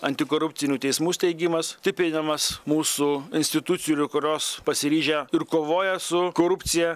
antikorupcinių teismų steigimas taip eidamas mūsų institucijų yra kurios pasiryžę ir kovoja su korupcija